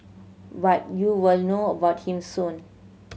but you will know about him soon